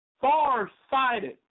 far-sighted